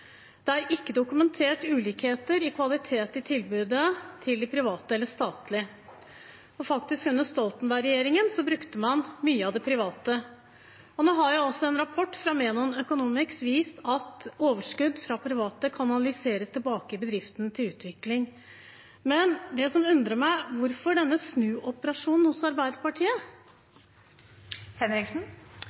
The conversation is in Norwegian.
Det er ikke dokumentert ulikheter i kvaliteten i tilbudet mellom de private og de statlige. Under Stoltenberg-regjeringen brukte man faktisk mye av det private. Nå har også en rapport fra Menon Economics vist at overskudd fra private kanaliseres tilbake til bedriften til utvikling. Det som undrer meg, er: Hvorfor denne snuoperasjonen hos Arbeiderpartiet?